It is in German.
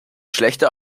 schlechte